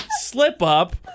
slip-up